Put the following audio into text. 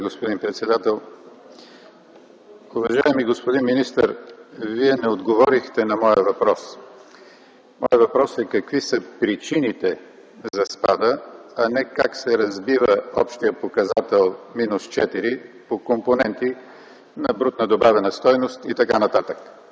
Ви, господин председател. Уважаеми господин министър, Вие не отговорихте на моя въпрос. Моят въпрос е: какви са причините за спада, а не как се разбива общият показател (минус 4) по компоненти на брутна добавена стойност и така нататък?